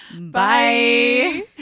Bye